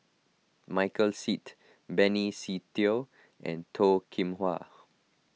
Michael Seet Benny Se Teo and Toh Kim Hwa